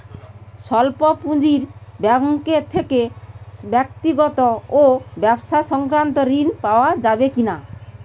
স্বল্প পুঁজির ব্যাঙ্ক থেকে ব্যক্তিগত ও ব্যবসা সংক্রান্ত ঋণ পাওয়া যাবে কিনা?